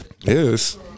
yes